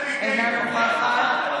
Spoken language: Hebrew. אינה נוכחת.